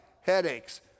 headaches